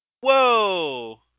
Whoa